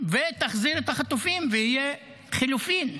ותחזיר את החטופים, ויהיו חילופים.